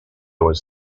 was